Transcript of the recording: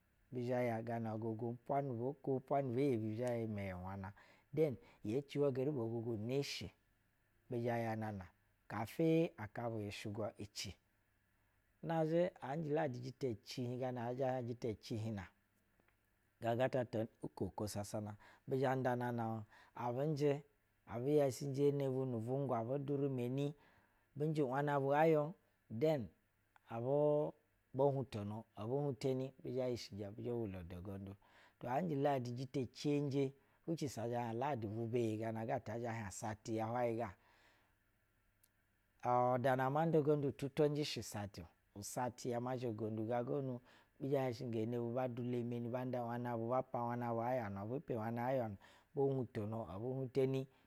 Bisha yaga na ogogo umpwa nu bo ko umpwa ni bɛ yebi hi ya iyi mɛyɛ nu bwana then yeci hwayɛ geri bo ogogo neshi bi zha ya nana kafi aka bu, yishwa bu ci. Na zhɛ liɛ jita cihib gama na ga ga ta ta uko ko sasana bi zhɛ nda nana ib abin njɛ abu yashɛnjɛ ene bu nu vungwa abɛ durɛ meni bɛ njɛ wvnɛ bu ayon then buu ebo huteno ebu huteni bi zhɛ yishijɛ bi zhɛ hwulo da gondu. Anjɛ ladi jita cenje which is ɛzhɛ ukadi vwɛ beyi gana ga tɛ zhɛ hiɛg sati ya hwaiɛ ya uu da na ma nda gondu tuturenji shi sati nu sati zhɛ ma nnda gobdu gana gonu bi zhɛ yahɛnga ene bu, bad ula meni ban da wɛnɛbu bapa wɛnɛ ayon obu po wɛnɛbu ayou bo hutono ebu huteni.